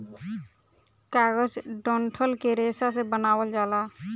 कागज डंठल के रेशा से बनावल जाला